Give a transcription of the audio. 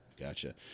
Gotcha